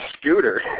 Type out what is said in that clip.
scooter